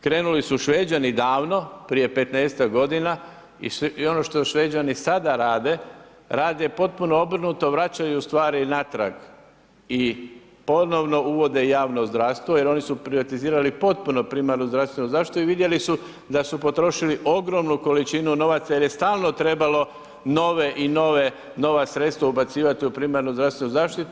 Krenuli su Šveđani davno, prije 15ak godina i ono što Šveđani sada rade, rade potpuno obrnuto, vraćaju stvari natrag i ponovno uvode javno zdravstvo jer oni su privatizirali potpuno primarnu zdravstvenu zaštitu i vidjeli su da su potrošili ogromnu količinu novaca jer je stalno trebalo nova sredstva ubacivati u primarnu zdravstvenu zaštitu.